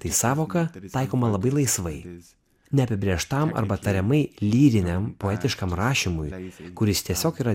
tai sąvoka taikoma labai laisvai neapibrėžtam arba tariamai lyriniam poetiškam rašymui kuris tiesiog yra